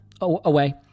away